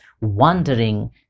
wondering